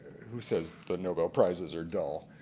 who says the nobel prizes are dull.